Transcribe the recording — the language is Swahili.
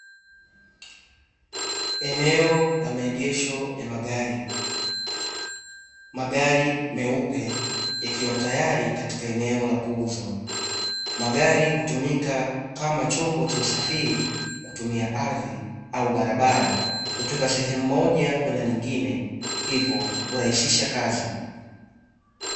Eneo la maegesho ya magari, magari meupe yakiwa tayari katika eneo la kuuzwa, magari hutumika kama chombo cha usafiri kutumia ardhi au barabara kutoka sehemu moja hadi nyingine hivyo hurahisisha kazi.